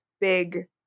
big